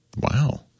Wow